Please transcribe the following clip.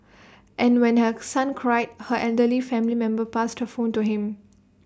and when her son cried her elderly family member passed her phone to him